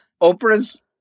Oprah's